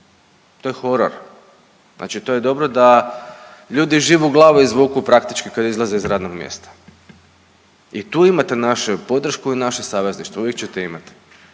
to je horor, znači to je dobro da ljudi živu glavu izvuku praktički kad izlaze iz radnog mjesta i tu imate našu podršku i naše savezništvo i uvijek ćete imati.